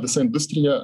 visa industrija